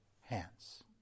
hands